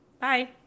Bye